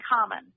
common